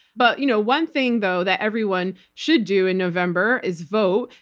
but you know one thing though that everyone should do in november is vote.